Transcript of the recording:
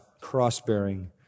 cross-bearing